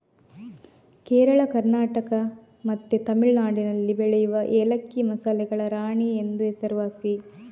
ಕೇರಳ, ಕರ್ನಾಟಕ ಮತ್ತೆ ತಮಿಳುನಾಡಿನಲ್ಲಿ ಬೆಳೆಯುವ ಏಲಕ್ಕಿ ಮಸಾಲೆಗಳ ರಾಣಿ ಎಂದೇ ಹೆಸರುವಾಸಿ